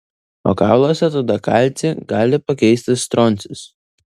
o kauluose tada kalcį gali pakeisti stroncis